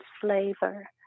flavor